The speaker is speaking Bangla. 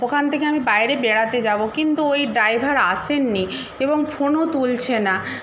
ওখান থেকে আমি বাইরে বেড়াতে যাব কিন্তু ওই ড্রাইভার আসেননি এবং ফোনও তুলছে না